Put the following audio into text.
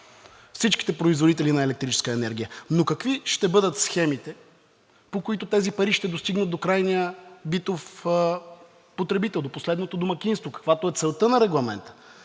всичките производители на електрическа енергия, но какви ще бъдат схемите, по които тези пари ще достигнат до крайния битов потребител, до последното домакинство, каквато е целта на Регламента?